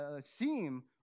seem